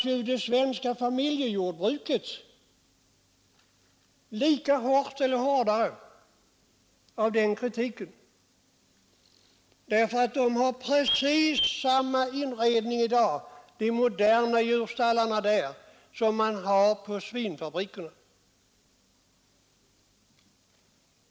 Men det svenska familjejordbruket drabbas ju lika hårt eller ännu hårdare av den kritiken! Djurstallarna i det sverska familjejordbruket har nämligen i dag precis samma inredning som svinfabrikerna.